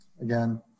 again